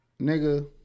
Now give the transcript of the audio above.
nigga